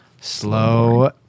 slow